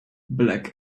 black